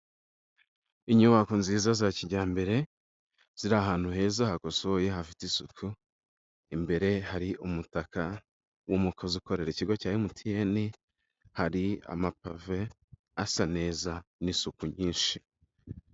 Inyubako nziza za kijyambere. Ziri ahantu heza hakosoye hafite isuku. Imbere hari umutaka w'umukozi ukorera ikigo cya MTN. Hari amapave asa neza n'isuku nyinshi.